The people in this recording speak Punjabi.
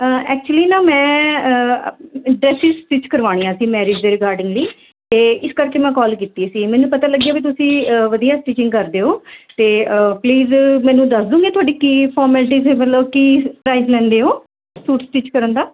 ਐਕਚੂਲੀ ਨਾ ਮੈਂ ਡਰੈਸਿਸ ਸਟਿੱਚ ਕਰਵਾਉਣੀਆਂ ਸੀ ਮੈਰਿਜ ਦੇ ਰਿਗਾਰਡਿੰਗਲੀ ਅਤੇ ਇਸ ਕਰਕੇ ਮੈਂ ਕੋਲ ਕੀਤੀ ਸੀ ਮੈਨੂੰ ਪਤਾ ਲੱਗਿਆ ਵੀ ਤੁਸੀਂ ਵਧੀਆ ਸਟੀਚਿੰਗ ਕਰਦੇ ਹੋ ਅਤੇ ਪਲੀਜ਼ ਮੈਨੂੰ ਦੱਸ ਦੂੰਗੇ ਤੁਹਾਡੀ ਕੀ ਫੋਰਮੈਲਿਟੀਸ ਮਤਲਬ ਕੀ ਪ੍ਰਾਈਜ਼ ਲੈਂਦੇ ਹੋ ਸੂਟ ਸਟਿੱਚ ਕਰਨ ਦਾ